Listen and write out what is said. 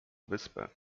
wyspę